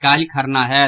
काल्हि खरना होयत